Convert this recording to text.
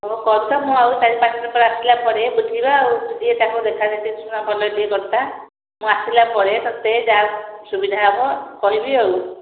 ହଁ କରୁଥା ମୁଁ ଆଉ ଚାରି ପାଞ୍ଚ ଦିନ ପରେ ଆସିଲା ପରେ ବୁଝିବା ଆଉ ଟିକେ ତାଙ୍କୁ ଦେଖା ଶୁଣା ଭଲରେ ଟିକେ କରୁଥା ମୁଁ ଆସିଲା ପରେ ତୋତେ ଯାହା ସୁବିଧା ହେବ କହିବି ଆଉ